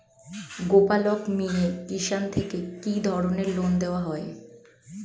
গোপালক মিয়ে কিষান থেকে কি ধরনের লোন দেওয়া হয়?